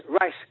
rice